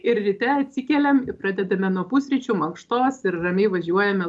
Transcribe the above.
ir ryte atsikeliam pradedame nuo pusryčių mankštos ir ramiai važiuojame